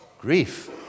Grief